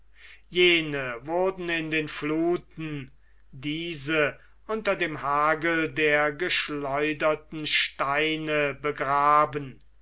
jene wurden in den fluthen diese unter dem hagel der geschleuderten steine begraben